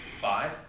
five